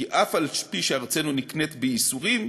כי אף-על-פי שארצנו נקנית בייסורים,